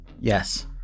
Yes